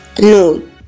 no